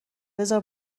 بذار